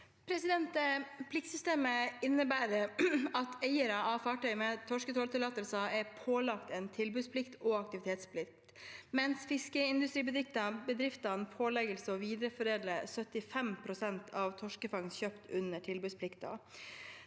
Pliktsystemet innebærer at eiere av fartøy med torsketråltillatelse er pålagt en tilbudsplikt og aktivitetsplikt, mens fiskeindustribedriftene pålegges å videreforedle 75 pst. av torskefangst kjøpt under tilbudsplikten.